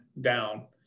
down